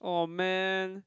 aww man